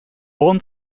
born